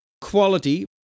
quality